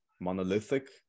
Monolithic